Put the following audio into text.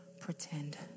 pretend